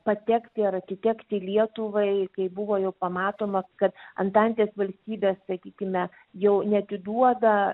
patekti ar atitekti lietuvai kai buvo jau pamatoma kad antantės valstybės sakykime jau neatiduoda